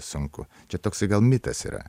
sunku čia toksai gal mitas yra